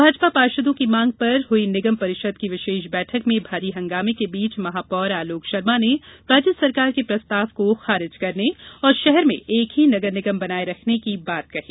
भाजपा पार्षदों की मांग पर हुई निगम परिषद की विशेष बैठक में भारी हंगामे के बीच महापौर आलोक शर्मा ने राज्य सरकार के प्रस्ताव को खारिज करने और शहर में एक ही नगर निगम बनाए रखने की बात कही